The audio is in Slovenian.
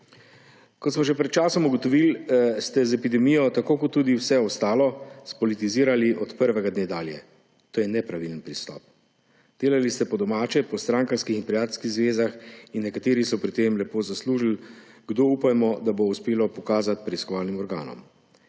Kot smo že pred časom ugotovili, ste z epidemijo vse ostalo spolitizirali od prvega dne dalje. To je nepravilen pristop. Delali ste po domače, po strankarskih in prijateljskih zvezah in nekateri so pri tem lepo zaslužili. Kdo, upajmo, da bo uspelo pokazati preiskovalnim organom.